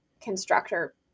constructor